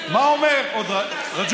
מה אומר רג'וב?